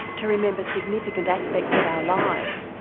to remember significant aspects of our lives,